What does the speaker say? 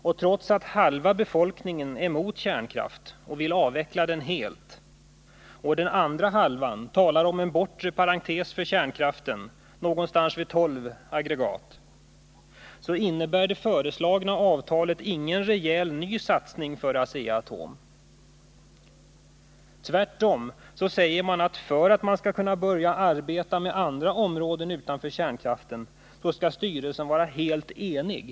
Och trots att halva befolkningen är mot kärnkraft och vill avveckla den helt, medan den andra halvan talar om en bortre parentes för kärnkraften någonstans vid tolv aggregat, innebär det föreslagna avtalet ingen rejäl ny satsning för Asea-Atom. Tvärtom säger man att för att företaget skall kunna börja arbeta inom områden utanför kärnkraften måste styrelsen vara helt enig.